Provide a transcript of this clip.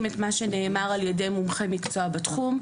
את מה שנאמר על ידי מומחה מקצוע בתחום.